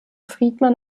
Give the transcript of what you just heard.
friedman